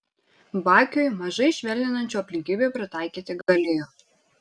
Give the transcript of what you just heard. bakiui mažai švelninančių aplinkybių pritaikyti galėjo